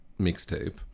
mixtape